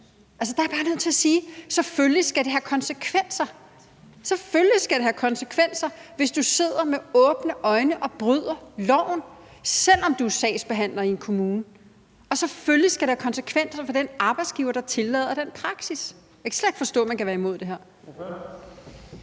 er jeg bare nødt til at sige, at det selvfølgelig skal have konsekvenser. Selvfølgelig skal det have konsekvenser, hvis du med åbne øjne sidder og bryder loven, selv om du er sagsbehandler i en kommune. Og selvfølgelig skal det have konsekvenser for den arbejdsgiver, der tillader den praksis. Jeg kan slet ikke forstå, at man kan være imod det her.